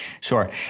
Sure